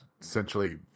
essentially